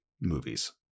movies